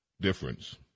difference